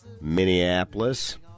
Minneapolis